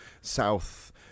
south